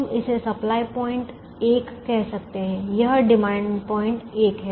हम इसे supply point एक कह सकते हैं यह डिमांड पॉइंट एक है